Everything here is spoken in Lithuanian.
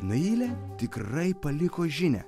nailė tikrai paliko žinią